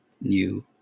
new